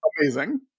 amazing